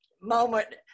moment